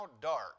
dark